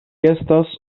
estas